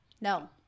no